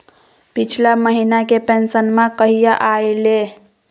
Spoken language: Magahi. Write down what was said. पिछला महीना के पेंसनमा कहिया आइले?